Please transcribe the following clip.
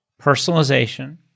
Personalization